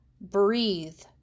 Breathe